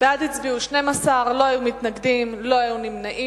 בעד הצביעו 12, לא היו מתנגדים, לא היו נמנעים.